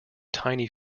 tiny